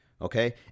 okay